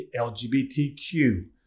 LGBTQ